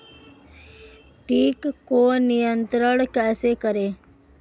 कीट को नियंत्रण कैसे करें?